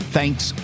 Thanks